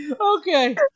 okay